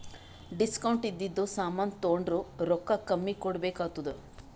discount ಇದ್ದಿದು ಸಾಮಾನ್ ತೊಂಡುರ್ ರೊಕ್ಕಾ ಕಮ್ಮಿ ಕೊಡ್ಬೆಕ್ ಆತ್ತುದ್